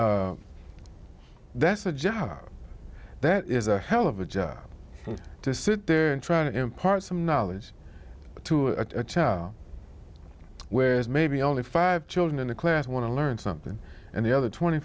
that's a job that is a hell of a job to sit there and try to impart some knowledge to a child where is maybe only five children in the class want to learn something and the other twenty